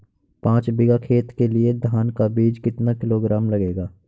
पाँच बीघा खेत के लिये धान का बीज कितना किलोग्राम लगेगा?